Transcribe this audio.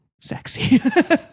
sexy